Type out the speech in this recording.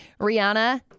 Rihanna